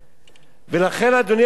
ולכן, אדוני היושב-ראש,